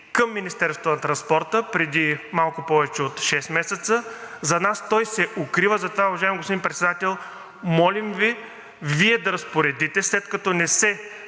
към Министерството на транспорта преди малко повече от шест месеца. За нас той се укрива. Затова, уважаеми господин Председател, молим Ви, Вие да разпоредите, след като не се